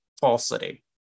falsity